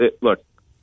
look